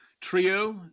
trio